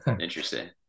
Interesting